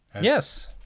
Yes